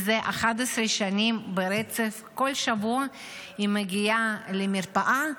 זה 11 שנים ברצף, כל שבוע היא מגיעה למרפאה,